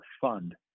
fund